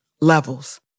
levels